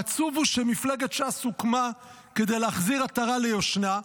העצוב הוא שמפלגת ש"ס הוקמה כדי להחזיר עטרה ליושנה,